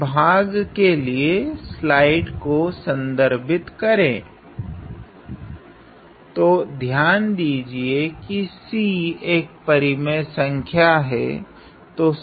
इस भाग के लिए स्लाइड को संदर्भित केरे तो ध्यान दीजिए की C एक परिमित संख्या हैं